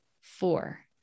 Four